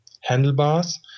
handlebars